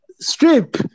Strip